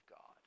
God